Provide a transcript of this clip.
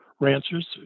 ranchers